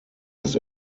das